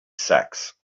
sacks